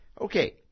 Okay